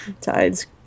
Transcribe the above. Tides